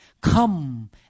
Come